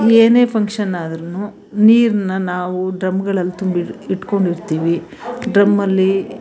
ಏನೇ ಫಂಕ್ಷನ್ ಆದರೂ ನೀರನ್ನ ನಾವು ಡ್ರಮ್ಗಳಲ್ಲಿ ತುಂಬಿ ಇಟ್ಕೊಂಡಿರ್ತೀವಿ ಡ್ರಮ್ಮಲ್ಲಿ